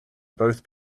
both